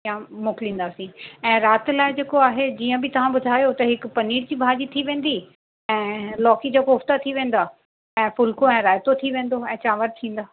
यां मोकिलींदासीं ऐं राति लाइ जेको आहे जीअं बि तव्हां ॿुधायो त पनीर की भाॼी थी वेंदी ऐं लौकी जा कोफ़्ता थी वेंदा ऐं फ़ुल्को ऐं रायतो थी वेंदा ऐं चांवर थींदा